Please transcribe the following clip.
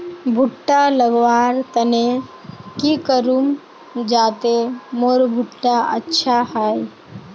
भुट्टा लगवार तने की करूम जाते मोर भुट्टा अच्छा हाई?